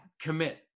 commit